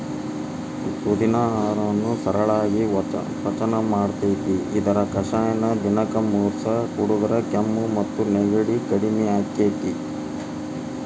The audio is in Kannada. ಪುದಿನಾ ಆಹಾರವನ್ನ ಸರಳಾಗಿ ಪಚನ ಮಾಡ್ತೆತಿ, ಇದರ ಕಷಾಯನ ದಿನಕ್ಕ ಮೂರಸ ಕುಡದ್ರ ಕೆಮ್ಮು ಮತ್ತು ನೆಗಡಿ ಕಡಿಮಿ ಆಕ್ಕೆತಿ